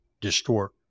distort